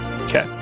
Okay